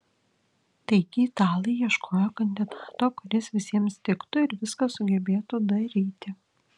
taigi italai ieškojo kandidato kuris visiems tiktų ir viską sugebėtų daryti